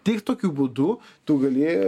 tik tokiu būdu tu gali